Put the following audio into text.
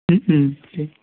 उम उम दे